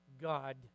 God